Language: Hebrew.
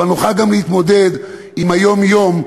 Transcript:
אבל נוכל גם להתמודד עם היום-יום,